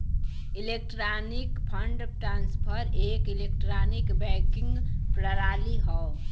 electronic fund transfer एक electronic banking प्रणाली हौ